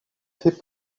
fait